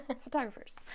photographers